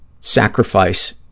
sacrifice